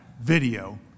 video